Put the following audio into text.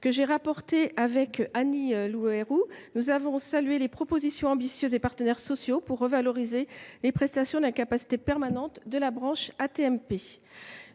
de la branche AT MP, Annie Le Houerou et moi avons salué les propositions ambitieuses des partenaires sociaux pour revaloriser les prestations d’incapacité permanente de la branche AT MP.